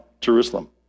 Jerusalem